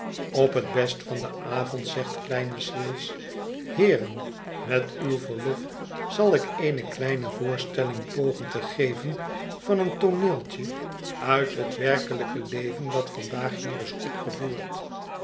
op het best van den avond zegt kleine swills heeren met uw verlof zal ik eene kleine voorstelling pogen te geven van een tooneeltje uit het werkelijke leven dat vandaag hier is opgevoerd